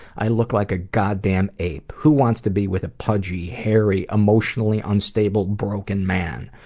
i look like a goddamned ape. who wants to be with a pudgy, hairy, emotionally unstable, broken man?